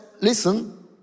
listen